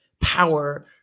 power